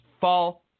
fall